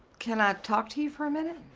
can i talk to you for a minute?